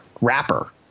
rapper